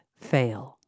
fail